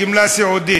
גמלת סיעוד.